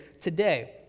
today